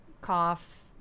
cough